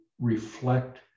reflect